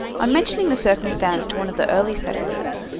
on mentioning the circumstance to one of the early settlers,